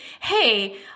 hey